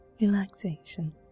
relaxation